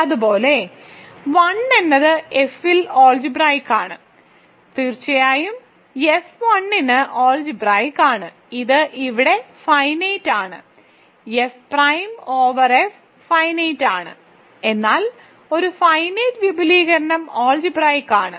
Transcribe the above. അതുപോലെ 1 എന്നത് F ൽ അൾജിബ്രായിക്ക് ആണ് തീർച്ചയായും എഫ് 1 ന് അൾജിബ്രായിക്ക് ആണ് ഇത് ഇവിടെ ഫൈനൈറ്റ് ആണ് F prime over F finite ആണ് എന്നാൽ ഒരു ഫൈനൈറ്റ് വിപുലീകരണം അൾജിബ്രായിക്ക് ആണ്